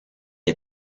est